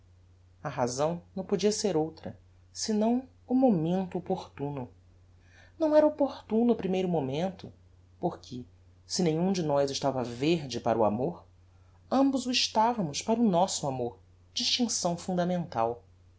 a razão não podia ser outra senão o momento opportuno não era opportuno o primeiro momento porque se nenhum de nós estava verde para o amor ambos o estavamos para o nosso amor distincção fundamental